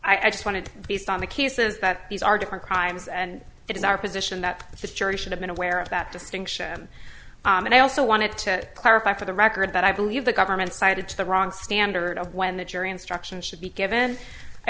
i just wanted based on the cases that these are different crimes and it is our position that the jury should have been aware of that distinction and i also wanted to clarify for the record that i believe the government cited to the wrong standard of when the jury instruction should be given i